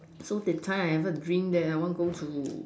so that time I have a dream that I want go to